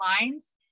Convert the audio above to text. lines